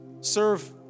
serve